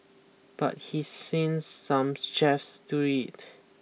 but he seems some chefs do it